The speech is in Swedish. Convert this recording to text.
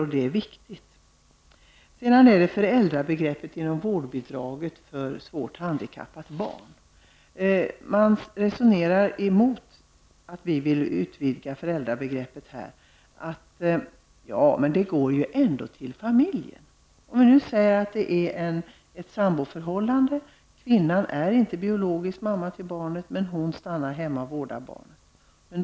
Man resonerar emot att vi vill utvidga föräldrabegreppet för vårdbidrag för svårt handikappade barn. Man säger att bidraget ändå går till familjen. Det kan t.ex. vara fråga om ett samboförhållande där kvinnan inte är biologisk mamma till barnet men hon stannar hemma och vårdar barnet.